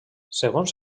segons